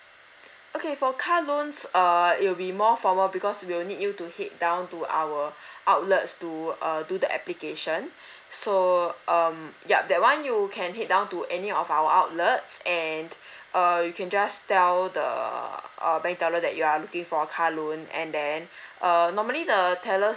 okay for car loans err it will be more formal because we'll need you to head down to our outlets to uh do the application so um yup that [one] you can head down to any of our outlets and uh you can just tell the uh bank teller that you are looking for car loan and then err normally the tellers